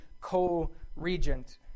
co-regent